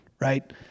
right